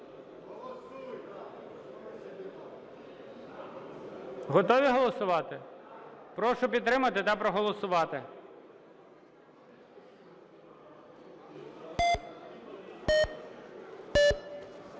Готові голосувати? Прошу підтримати та проголосувати.